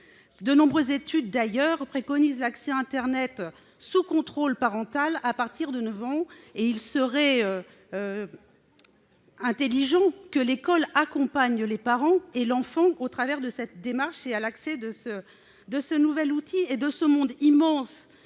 De nombreuses études préconisent d'ailleurs l'accès à internet sous contrôle parental à partir de l'âge de 9 ans. Il serait intelligent que l'école accompagne les parents et l'enfant au travers de cette démarche vers l'accès à ce nouvel outil dans ce monde immense